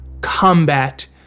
combat